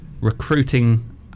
recruiting